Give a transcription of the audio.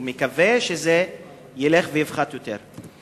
ומקווה שזה ילך ויפחת יותר,